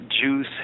Jews